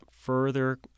further